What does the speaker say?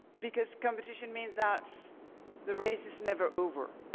because competition means that the race is never over,